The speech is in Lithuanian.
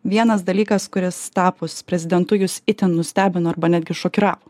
vienas dalykas kuris tapus prezidentu jus itin nustebino arba netgi šokiravo